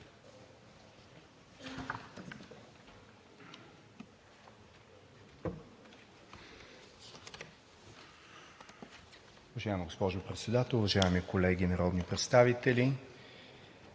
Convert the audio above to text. Уважаема госпожо Председател, уважаеми колеги народни представители!